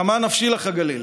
/ כמהה נפשי לך הגליל,